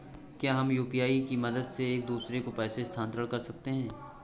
क्या हम यू.पी.आई की मदद से एक दूसरे को पैसे स्थानांतरण कर सकते हैं?